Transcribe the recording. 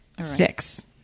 Six